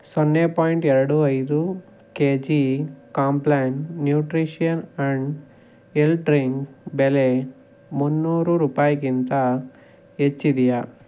ಸೊನ್ನೆ ಪಾಯಿಂಟ್ ಎರಡು ಐದು K G Complan nutrition and health drink ಬೆಲೆ ಮುನ್ನೂರು ರೂಪಾಯಿಗಿಂತ ಹೆಚ್ಚಿದೆಯಾ